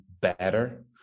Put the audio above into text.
better